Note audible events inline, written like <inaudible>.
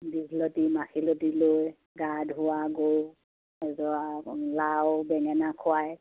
দীধলতী মাখিয়তী লৈ গা ধোৱাা গৰু <unintelligible> লাও বেঙেনা খুৱাই